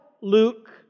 Luke